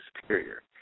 superior